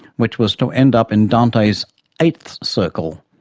which was to end up in dante's eighth circle,